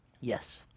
Yes